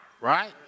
right